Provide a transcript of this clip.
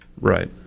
Right